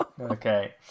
Okay